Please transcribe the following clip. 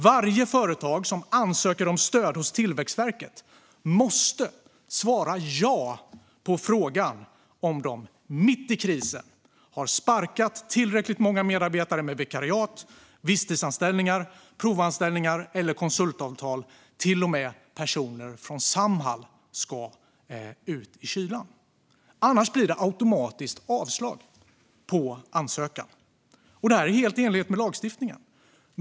Varje företag som ansöker om stöd hos Tillväxtverket måste alltså svara ja på frågan om de mitt i krisen har sparkat tillräckligt många medarbetare med vikariat, visstidsanställningar, provanställningar eller konsultavtal. Till och med personer från Samhall ska ut i kylan, annars blir det automatiskt avslag på ansökan. Detta är helt i enlighet med lagstiftningen!